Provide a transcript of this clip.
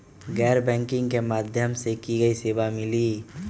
गैर बैंकिंग के माध्यम से की की सेवा मिली?